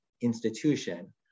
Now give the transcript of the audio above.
institution